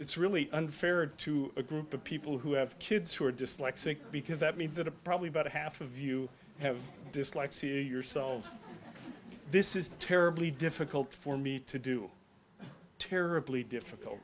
it's really unfair to a group of people who have kids who are dyslexic because that means that a probably about a half of you have dyslexia yourselves this is terribly difficult for me to do terribly difficult